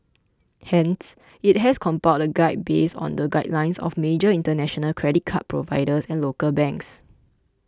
hence it has compiled a guide based on the guidelines of major international credit card providers and local banks